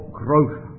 growth